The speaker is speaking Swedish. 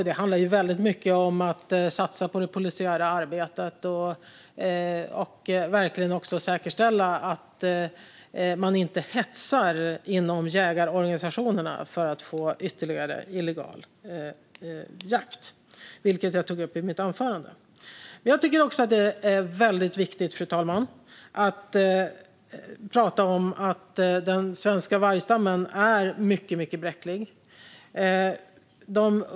Det handlar väldigt mycket om att satsa på det polisiära arbetet och verkligen säkerställa att man inte hetsar inom jägarorganisationerna för att få ytterligare illegal jakt, vilket jag tog upp i mitt anförande. Det är också viktigt att nämna, fru talman, att den svenska vargstammen är mycket bräcklig.